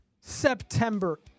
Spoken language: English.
September